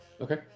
Okay